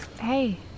Hey